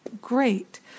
Great